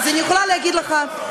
אז אני יכולה להגיד לך,